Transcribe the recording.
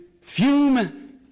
fume